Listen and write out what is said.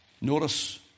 Notice